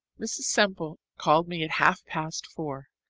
mrs. semple called me at half-past four.